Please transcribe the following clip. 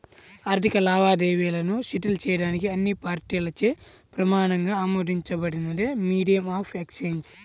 ఆర్థిక లావాదేవీలను సెటిల్ చేయడానికి అన్ని పార్టీలచే ప్రమాణంగా ఆమోదించబడినదే మీడియం ఆఫ్ ఎక్సేంజ్